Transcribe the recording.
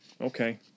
okay